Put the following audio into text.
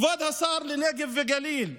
כבוד שר הנגב והגליל,